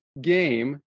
game